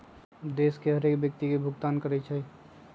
देश के हरेक व्यक्ति के भुगतान करइ छइ